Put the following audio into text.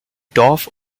dorf